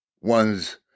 one's